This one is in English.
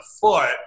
foot